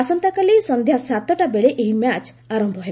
ଆସନ୍ତାକାଲି ସନ୍ଧ୍ୟା ସାତଟା ବେଳେ ଏହି ମ୍ୟାଚ୍ ଆରମ୍ଭ ହେବ